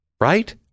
Right